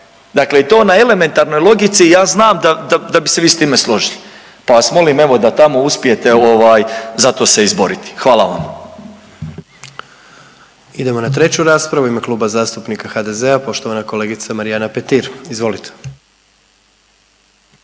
Dakle i to na elementarnoj logici ja znam da bi se vi s time složili pa vas molim evo da tamo uspijete evo ovaj za to se izboriti. Hvala vam. **Jandroković, Gordan (HDZ)** Idemo na treću raspravu, u ime Kluba zastupnika HDZ-a poštovana kolegica Marijana Petir. Izvolite.